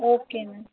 okay ma'am